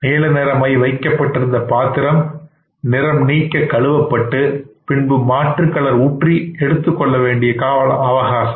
நீலநிற மை வைக்கப்பட்டிருந்த பாத்திரம் நிறம்நீங்க கழுவப்பட்டு பின்பு மாற்று கலர் ஊற்றி எடுத்துக் கொள்ள வேண்டிய கால அவகாசம்